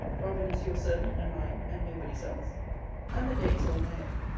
robin is your servant and mine, and nobody's else and the day is all my own.